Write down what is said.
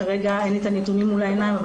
כרגע אין לי את הנתונים מול העיניים,